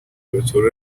بطور